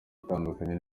itandukanye